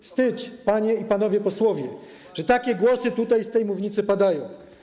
Wstyd, panie i panowie posłowie, że takie głosy tutaj, z tej mównicy, padają.